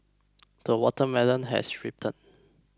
the watermelon has ripened